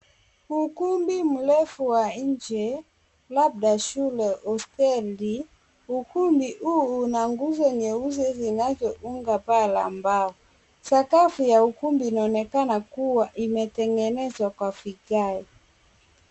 Ukumbi mrefu wa nje labda shule hosteli. Ukumbi huu huna nguzo nyeusi zinazounga paa la mbao. Sakafu ya ukumbi inaonekana kuwa imetengenezwa kwa vigae.